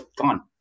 Gone